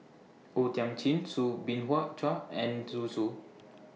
O Thiam Chin Soo Bin Hua Chua and Zhu Xu